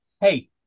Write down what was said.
hey